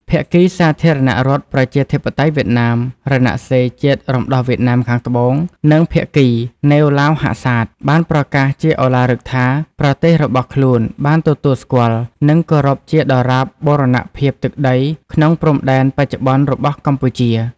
ភាគីសាធារណរដ្ឋប្រជាធិបតេយ្យវៀតណាម-រណសិរ្សជាតិរំដោះវៀតណាមខាងត្បូង និងភាគី ណេវ ឡាវ ហាក់សាត បានប្រកាសជាឧឡារិកថា ប្រទេសរបស់ខ្លួន បានទទួលស្គាល់ និងគោរពជាដរាបបូរណភាពទឹកដីក្នុងព្រំដែនបច្ចុប្បន្នរបស់កម្ពុជា។